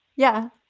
yeah.